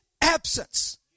absence